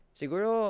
siguro